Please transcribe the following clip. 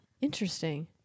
interesting